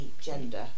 gender